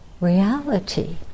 reality